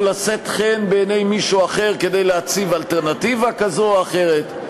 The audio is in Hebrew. או לשאת חן בעיני מישהו אחר כדי להציב אלטרנטיבה כזו או אחרת.